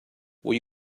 will